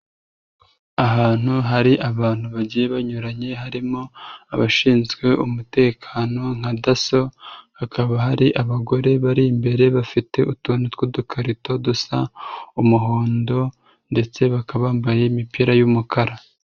Ahantu hari abantu bagiye banyuranye harimo abashinzwe umutekano nka DASSO, hakaba hari abagore bari imbere bafite utundi tw'udukarito dusa umuhondo ndetse bakaba bambaye imipira y'umukara.